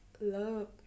love